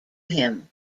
him